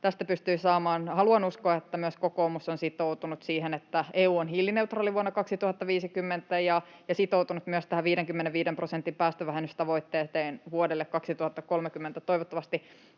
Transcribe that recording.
tästä pystyi saamaan. Haluan uskoa, että myös kokoomus on sitoutunut siihen, että EU on hiilineutraali vuonna 2050, ja on sitoutunut myös tähän 55 prosentin päästövähennystavoitteeseen vuodelle 2030. Toivottavasti